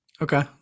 Okay